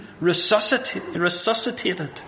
resuscitated